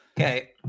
Okay